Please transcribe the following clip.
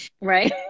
right